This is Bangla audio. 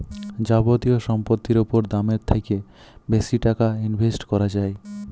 যাবতীয় সম্পত্তির উপর দামের থ্যাকে বেশি টাকা ইনভেস্ট ক্যরা হ্যয়